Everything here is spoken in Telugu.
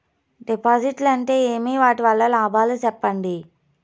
డిపాజిట్లు అంటే ఏమి? వాటి వల్ల లాభాలు సెప్పండి?